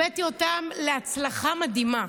הבאתי אותם להצלחה מדהימה.